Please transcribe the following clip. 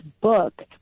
book